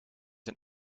een